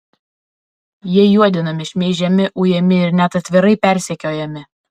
jie juodinami šmeižiami ujami ir net atvirai persekiojami